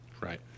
Right